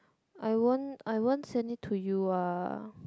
I won't I won't send it to you ah